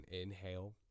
inhale